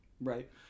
Right